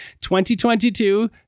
2022